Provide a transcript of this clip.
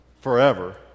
forever